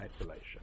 isolation